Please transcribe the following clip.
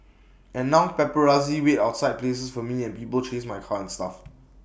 and now paparazzi wait outside places for me and people chase my car and stuff